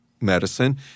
medicine